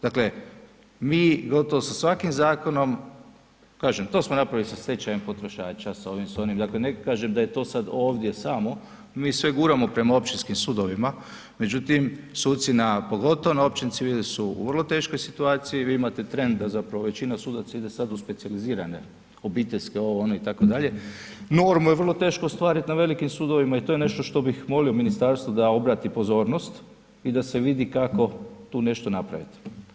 Dakle mi gotovo sa svakim zakonom, kažem, to smo napravili sa stečajem potrošača, sa ovim, onim, dakle neko kaže da je sad ovdje samo, mi sve guramo prema općinskim sudovima, međutim suci na pogotovo općim, civili su u vrlo teškoj situaciji, vi imate trend da zapravo većina sudaca ide sad u specijalizirane obiteljske ovo, ono itd., normu je vrlo teško ostvarit na velikim sudovima i to je ne što što bih molio ministarstvo da obrati pozornost i da se vidi kako tu nešto napraviti.